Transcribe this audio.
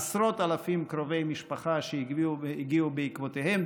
עשרות אלפים קרובי משפחה שהגיעו בעקבותיהם,